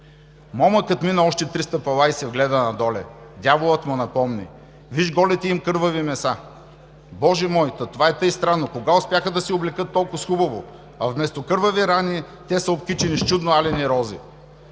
Момъкът мина още три стъпала и се вгледа надоле. Дяволът му напомни: – Виж голите им кървави меса. – Боже мой! Та това е тъй странно; кога успяха да се облекат толкоз хубаво! А вместо кървави рани те са обкичени с чудно алени рози!